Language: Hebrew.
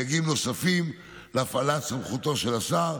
סייגים נוספים להפעלת סמכותו של השר,